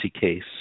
case